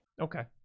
Okay